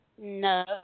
No